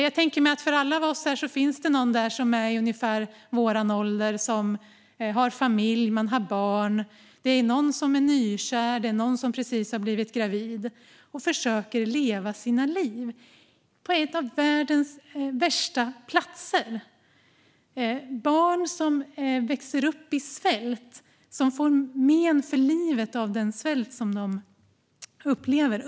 Jag tänker mig att det för alla oss här finns någon där som är i ungefär vår ålder och som har familj och barn. Någon är nykär. Någon har precis blivit gravid. Människor försöker att leva sina liv på en av världens värsta platser. Barn växer upp i svält och får men för livet av den svält som de upplever.